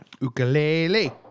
Ukulele